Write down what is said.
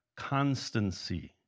constancy